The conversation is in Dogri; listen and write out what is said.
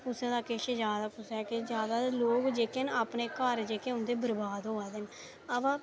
कुसै दा किश जा दा कुसै दा किश जा दा ते लोग जेह्के न अपने घर जेह्के उन्दे न ओह् बर्बाद होआ देन अवा